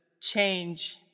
change